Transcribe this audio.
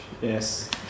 yes